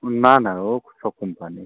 না না ও সব কম্পানির